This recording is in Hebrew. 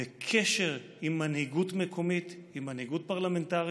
בקשר עם מנהיגות מקומית, עם מנהיגות פרלמנטרית.